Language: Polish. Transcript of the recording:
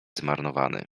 zmarnowany